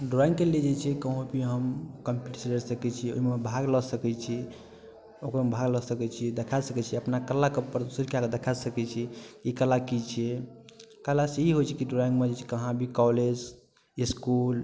ड्रॉइंगके लिये जे छै कहूँ भी हम कम्पीटिशन लऽ सकै छी ओइमे भाग लऽ सकै छी ओइमे भाग लऽ सकै छी देखा सकै छी अपना कलाके प्रदर्शित कएके देखा सकै छी कि ई कला की छियै कलासँ ई होइ छै कि ड्रॉइंगमे जे छै कहाँ भी कॉलेज इसकुल